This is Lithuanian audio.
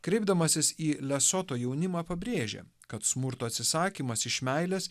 kreipdamasis į lesoto jaunimą pabrėžė kad smurto atsisakymas iš meilės